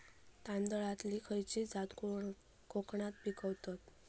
तांदलतली खयची जात कोकणात पिकवतत?